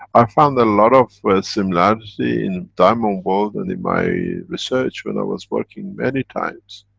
i found a lot of similarity in diamond world, and in my research when i was working. many times.